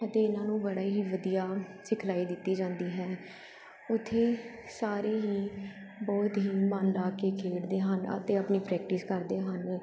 ਅਤੇ ਇਹਨਾਂ ਨੂੰ ਬੜੇ ਹੀ ਵਧੀਆ ਸਿਖਲਾਈ ਦਿੱਤੀ ਜਾਂਦੀ ਹੈ ਉੱਥੇ ਸਾਰੇ ਹੀ ਬਹੁਤ ਹੀ ਮਨ ਲਾ ਕੇ ਖੇਡਦੇ ਹਨ ਅਤੇ ਆਪਣੀ ਪ੍ਰੈਕਟਿਸ ਕਰਦੇ ਹਨ